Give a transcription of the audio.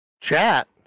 chat